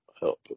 help